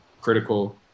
critical